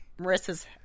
Marissa's